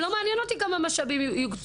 זה לא מעניין אותי כמה משאבים יוקצו.